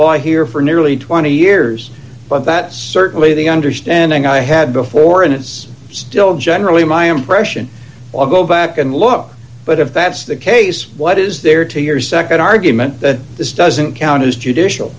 law here for nearly twenty years but that is certainly the understanding i had before and it's still generally my impression i'll go back and look but if that's the case what is there to your nd argument that this doesn't count as judicial